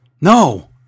No